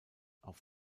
auf